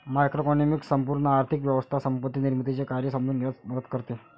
macroeconomics संपूर्ण आर्थिक व्यवस्था संपत्ती निर्मितीचे कार्य समजून घेण्यास मदत करते